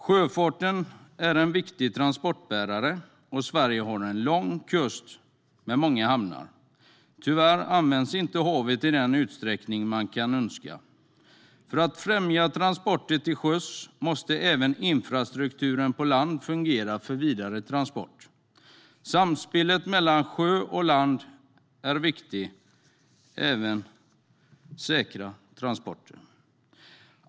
Sjöfarten är en viktig transportbärare, och Sverige har en lång kust med många hamnar. Tyvärr används inte havet i den utsträckning man kan önska. För att främja transporter till sjöss måste även infrastrukturen på land fungera för vidare transport. Samspelet mellan sjö och land är viktigt. Det är även säkra transporter.